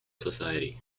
society